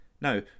Now